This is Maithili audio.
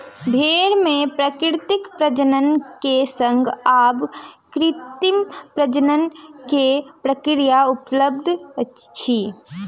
भेड़ मे प्राकृतिक प्रजनन के संग आब कृत्रिम प्रजनन के प्रक्रिया उपलब्ध अछि